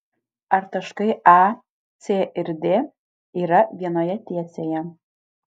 ar taškai a c ir d yra vienoje tiesėje